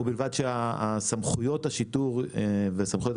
ובלבד שסמכויות השיטור וסמכויות